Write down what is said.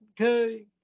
Okay